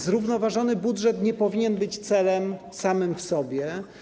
Zrównoważony budżet nie powinien być celem samym w sobie.